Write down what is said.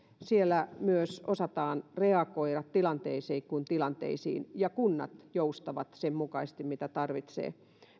siellä myös osataan reagoida tilanteisiin kuin tilanteisiin ja kunnat joustavat sen mukaisesti kuin tarvitsee